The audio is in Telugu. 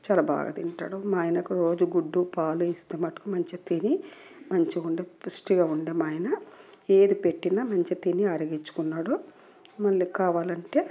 చాలా బాగా తింటాడు మా ఆయనకు రోజు గుడ్డు పాలు ఇస్తే మటుకు మంచిగా తిని మంచిగా ఉండే పుష్టిగా ఉండే మా ఆయన ఏది పెట్టిన మంచి తిని అరిగించుకున్నాడు మళ్ళీ కావాలంటే